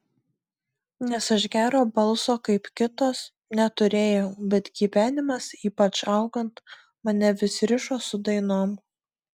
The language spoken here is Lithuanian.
nes aš gero balso kaip kitos neturėjau bet gyvenimas ypač augant mane vis rišo su dainom